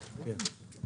בבקשה.